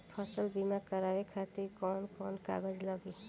फसल बीमा करावे खातिर कवन कवन कागज लगी?